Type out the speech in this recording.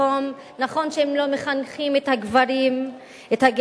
נכון שהם לא מחנכים את הגבר המכה,